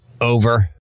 Over